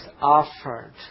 offered